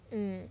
mm